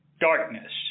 darkness